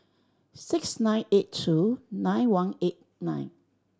six nine eight two nine one eight nine